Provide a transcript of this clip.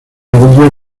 amarilla